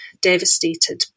devastated